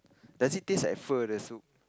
does it taste like pho the soup